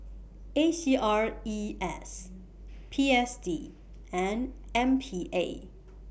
A C R E S P S D and M P A